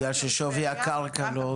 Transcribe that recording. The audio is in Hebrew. בגלל ששווי הקרקע לא גבוה.